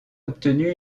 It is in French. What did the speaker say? obtenu